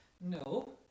No